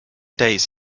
days